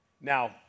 Now